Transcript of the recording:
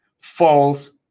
false